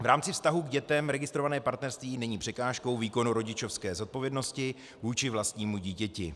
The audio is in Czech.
V rámci vztahu k dětem registrované partnerství není překážkou výkonu rodičovské zodpovědnosti vůči vlastnímu dítěti.